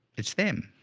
it's them,